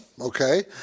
okay